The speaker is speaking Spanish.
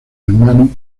hermano